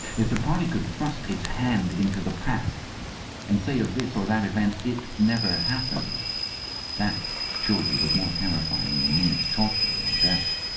if the party could thrust its hand into the past and say of this or that event, it never happened that, surely, was more terrifying than mere torture and death?